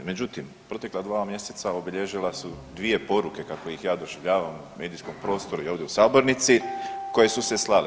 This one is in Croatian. Međutim, protekla dva mjeseca obilježila su dvije poruke kako ih ja doživljavam u medijskom prostoru i ovdje u sabornici koje su se slale.